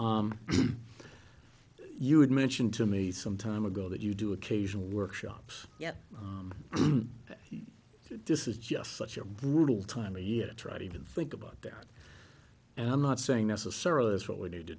mean you had mentioned to me some time ago that you do occasional workshops yet this is just such a brutal time of year to try to even think about that and i'm not saying necessarily that's what we need to